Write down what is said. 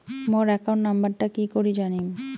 মোর account নাম্বারটা কি করি জানিম?